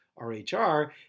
RHR